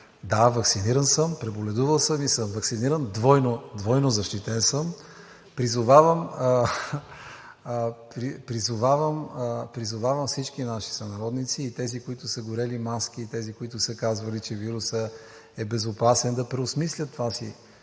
Да, ваксиниран съм. Преболедувал съм и съм ваксиниран. Двойно защитен съм. Призовавам всички наши сънародници – и тези, които са горели маски, и тези, които са казвали, че вирусът е безопасен, да преосмислят това си